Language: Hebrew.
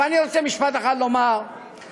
אבל אני רוצה משפט אחד לומר לך.